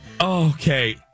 Okay